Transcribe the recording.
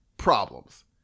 problems